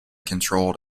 controlled